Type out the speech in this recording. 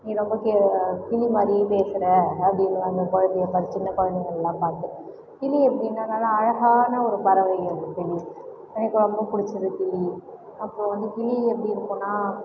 நீ ரொம்ப கிளி மாதரி பேசுற அப்படினுவாங்க குழந்தைய பார்த்து சின்ன குழந்தைங்கல்லாம் பார்த்து கிளி எப்படின்னா நல்லா அழகான ஒரு பறவை கிளி எனக்கு ரொம்ப பிடிச்சது கிளி அப்போ வந்து கிளி எப்படி இருக்கும்ன்னா